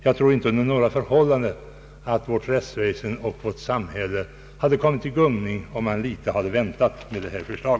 Jag tror inte under några förhållanden att vårt rättsväsende och vårt samhälle hade kommit i gungning om man hade väntat litet med detta förslag.